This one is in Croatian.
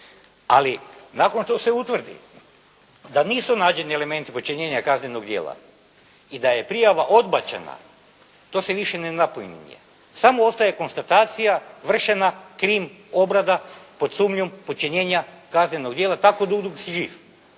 ali nakon što se utvrdi da nisu nađeni elementi počinjenja kaznenog djela i da je prijava odbačena to se više ne napominje, samo ostaje konstatacija vršena krim obrada pod sumnjom počinjenja kaznenog djela tako dugo dok je živ